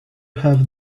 have